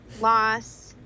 Loss